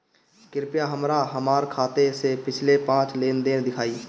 कृपया हमरा हमार खाते से पिछले पांच लेन देन दिखाइ